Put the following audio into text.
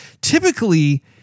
Typically